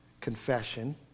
Confession